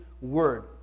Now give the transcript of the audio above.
word